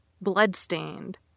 bloodstained